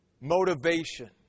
motivation